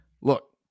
look